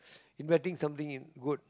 inventing something good